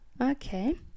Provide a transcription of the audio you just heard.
Okay